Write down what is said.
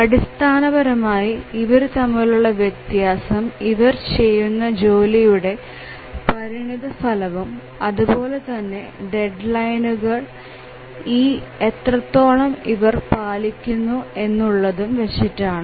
അടിസ്ഥാനപരമായി ഇവരു തമ്മിലുള്ള വ്യത്യാസം ഇവർ ചെയ്യുന്ന ജോലിയുടെ പരിണിത ഫലവും അതുപോലെതന്നെ ഡെഡ്ലൈനുകൾ എത്രത്തോളം ഇവർ പാലിക്കുന്നു എന്നുള്ളതും വെച്ചിട്ടാണ്